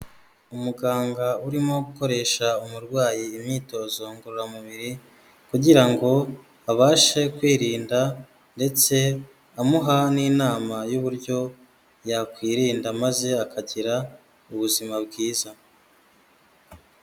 Umuganga urimo gukoresha umurwayi imyitozo ngororamubiri kugira ngo abashe kwirinda ndetse amuha n'inama y'uburyo yakwirinda maze akagira ubuzima bwiza.